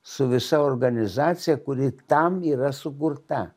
su visa organizacija kuri tam yra sukurta